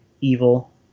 evil